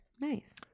Nice